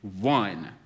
one